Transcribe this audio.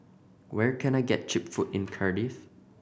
where can I get cheap food in Cardiff